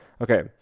Okay